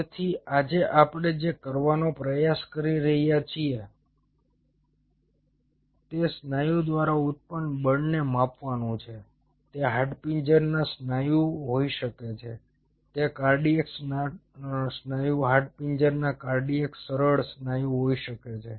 તેથી આજે આપણે જે કરવાનો પ્રયાસ કરી રહ્યા છીએ તે સ્નાયુ દ્વારા ઉત્પન્ન બળને માપવાનું છે તે હાડપિંજરના સ્નાયુ હોઈ શકે છે તે કાર્ડિયાક સ્નાયુ હાડપિંજરના કાર્ડિયાક સરળ સ્નાયુ હોઈ શકે છે